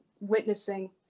witnessing